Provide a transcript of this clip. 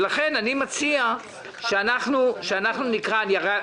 לכן אני מציע שאנחנו נקרא את הצעת החוק.